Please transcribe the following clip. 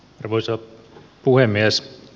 arvoisa puhemies